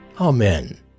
Amen